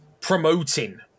promoting